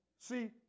See